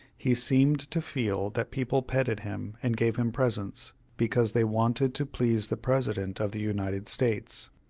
he seemed to feel that people petted him, and gave him presents, because they wanted to please the president of the united states.